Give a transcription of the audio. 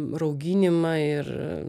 rauginimą ir